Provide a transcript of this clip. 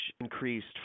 increased